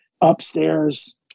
upstairs